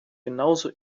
genauso